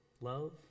love